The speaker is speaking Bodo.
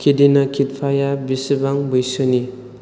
केट्रिना केइफआबेसेबां बैसोनि